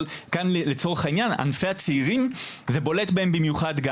אבל כאן לצורך העניין ענפי הצעירים זה בולט בהם במיוחד.